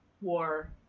war